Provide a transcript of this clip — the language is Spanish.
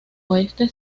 oeste